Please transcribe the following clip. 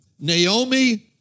Naomi